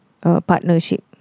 partnership